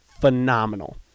phenomenal